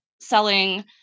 selling